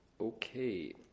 Okay